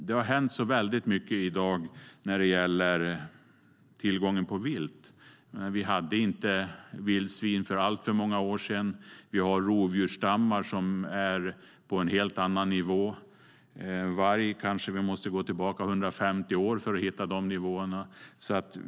Det har hänt väldigt mycket när det gäller tillgången på vilt. Det var inte alltför många år sedan vi inte hade vildsvin. Vi har rovdjursstammar som är på en helt annan nivå. För vargens del kanske vi måste gå tillbaka 150 år i tiden för att hitta de nivåerna.